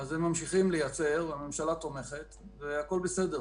אז הם ממשיכים לייצר, הממשלה תומכת והכול בסדר.